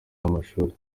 amashuri